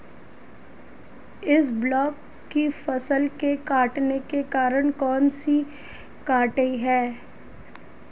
इसबगोल की फसल के कटने का कारण कौनसा कीट है?